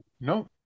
No